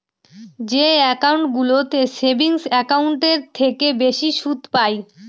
যে একাউন্টগুলোতে সেভিংস একাউন্টের থেকে বেশি সুদ পাই